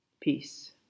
peace